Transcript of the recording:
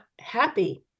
happy